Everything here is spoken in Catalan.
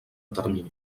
termini